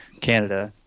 Canada